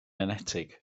enetig